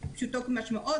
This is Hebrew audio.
פשוטו כמשמעו.